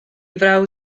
frawd